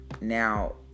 now